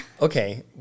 Okay